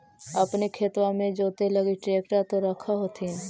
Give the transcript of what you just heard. अपने खेतबा मे जोते लगी ट्रेक्टर तो रख होथिन?